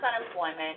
unemployment